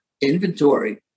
inventory